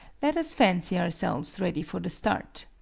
let us fancy ourselves ready for the start.